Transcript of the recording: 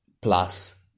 plus